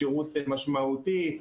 שירות משמעותי,